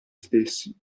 stessi